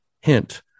Hint